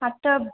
हँ तब